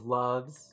loves